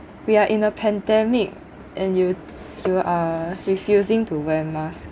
we are in a pandemic and you you are refusing to wear mask